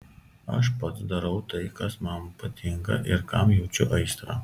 aš pats darau tai kas man patinka ir kam jaučiu aistrą